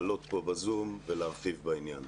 אברמזון לעלות ב-זום ולהרחיב בעניין